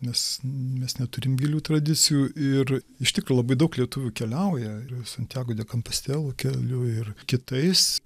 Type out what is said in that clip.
nes mes neturim gilių tradicijų ir iš tikro labai daug lietuvių keliauja ir santiago de kompostelo keliu ir kitais